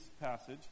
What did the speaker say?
passage